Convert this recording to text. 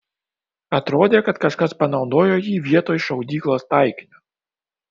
atrodė kad kažkas panaudojo jį vietoj šaudyklos taikinio